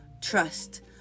trust